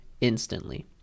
instantly